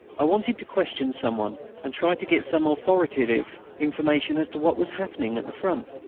i wanted to question some one and try to get some authoritative information as to what was happening at the front.